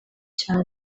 cyane